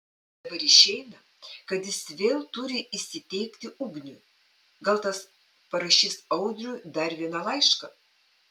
dabar išeina kad jis vėl turi įsiteikti ugniui gal tas parašys audriui dar vieną laišką